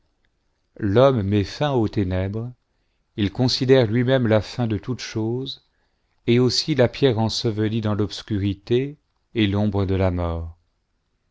l'homme met fin aux ténèbres il considère lui-même la fin de toutes choses et aussi la pierre ensevelie dans roi scurité et l'ombre de la mort